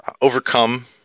overcome